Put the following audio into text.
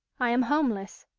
i am homeless.